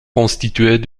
constituées